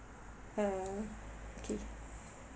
uh okay